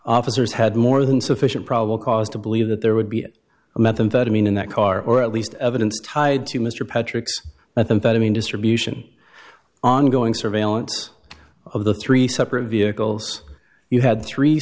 officers had more than sufficient probable cause to believe that there would be a methamphetamine in that car or at least evidence tied to mr patrick so i think that i mean distribution ongoing surveillance of the three separate vehicles you had three